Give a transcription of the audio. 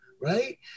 right